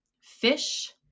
fish